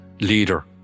leader